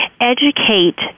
educate